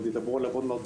ועוד ידברו עליו בהמשך,